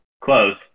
Close